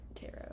tarot